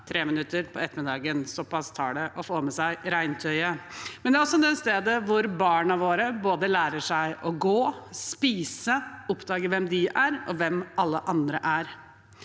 tre minutter på ettermiddagen. Såpass tar det å få med seg regntøyet. Men det er også det stedet hvor barna våre lærer seg å gå og spise og oppdager hvem de er, og hvem alle andre er.